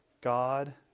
God